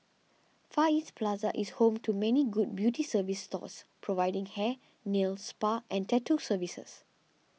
Far East Plaza is home to many good beauty service stores providing hair nail spa and tattoo services